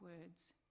words